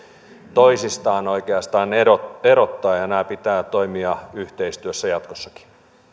toisistaan oikeastaan erottaa ja näiden pitää toimia yhteistyössä jatkossakin